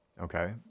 okay